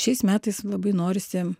šiais metais labai norisi